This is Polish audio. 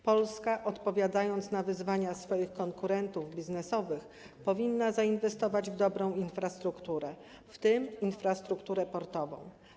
Polska, odpowiadając na wyzwania, jeśli chodzi o jej konkurentów biznesowych, powinna zainwestować w dobrą infrastrukturę, w tym infrastrukturę portową.